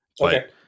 Okay